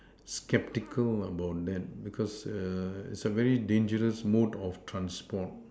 skeptical about that because err it's a very dangerous mode of transport